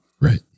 Right